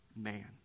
man